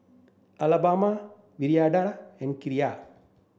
Alabama Viridiana and Kiya